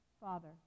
Father